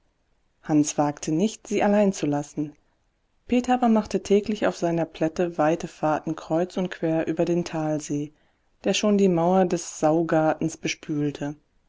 hans wagte nicht sie allein zu lassen peter aber machte täglich auf seiner plätte weite fahrten kreuz und quer über den talsee der schon die mauer des saugartens bespülte